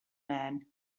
man